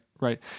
right